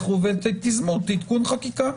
לכן תיזמו תיקון חקיקה.